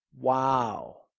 wow